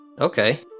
okay